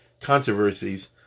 controversies